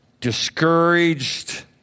discouraged